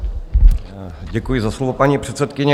Děkuji za slovo, paní předsedkyně.